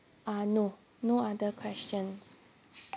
uh no no other questions